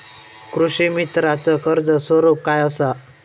कृषीमित्राच कर्ज स्वरूप काय असा?